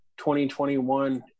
2021